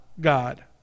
God